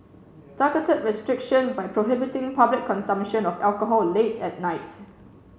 targeted restriction by prohibiting public consumption of alcohol late at night